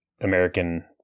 American